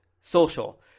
social